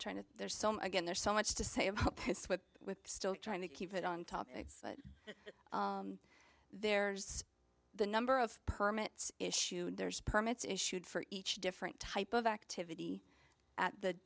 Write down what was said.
trying to there's so much again there's so much to say about this what we're still trying to keep it on topic but there's the number of permits issued there's permits issued for each different type of activity at the